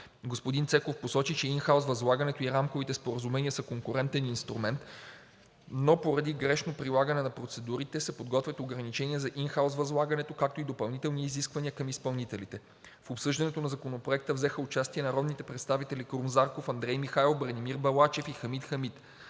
Господин Цеков посочи, че ин хаус възлагането и рамковите споразумения са конкурентен инструмент, но поради грешно прилагане на процедурите се подготвят ограничения за ин хаус възлагането, както и допълнителни изисквания към изпълнителите. В обсъждането на Законопроекта взеха участие народните представители Крум Зарков, Андрей Михайлов, Бранимир Балачев и Хамид Хамид.